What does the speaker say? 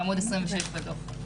בעמוד 26 בדוח.